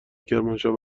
کرمانشاه